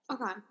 Okay